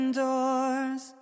doors